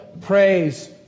praise